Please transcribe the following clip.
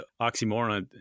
oxymoron